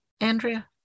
Andrea